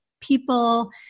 people